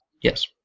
Yes